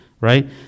right